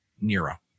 nero